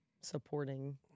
supporting